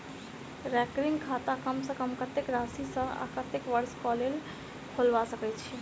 recurring खाता कम सँ कम कत्तेक राशि सऽ आ कत्तेक वर्ष कऽ लेल खोलबा सकय छी